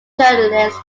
journalist